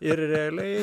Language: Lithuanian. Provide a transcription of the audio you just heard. ir realiai